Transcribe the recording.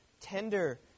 tender